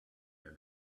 your